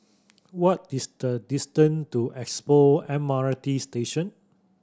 what is the distant to Expo M R T Station